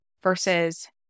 versus